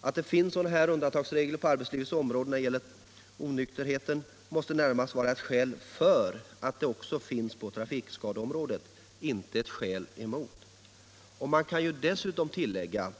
Att det finns sådana här undantagsregler på arbetslivets område när det gäller onykterheten måste närmast vara ett skäl för att de också finns på trafikskadeområdet, inte ett skäl emot. Dessutom kan tilläggas